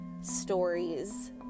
stories